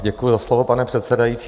Děkuji za slovo, pane předsedající.